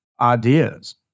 ideas